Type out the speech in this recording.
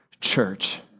church